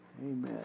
amen